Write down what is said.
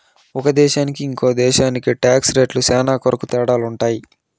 ఒక దేశానికి ఇంకో దేశానికి టాక్స్ రేట్లు శ్యానా కొరకు తేడాలుంటాయి